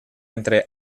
entre